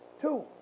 Two